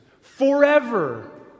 forever